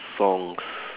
songs